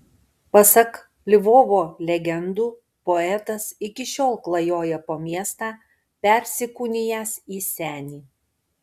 pasak lvovo legendų poetas iki šiol klajoja po miestą persikūnijęs į senį